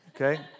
Okay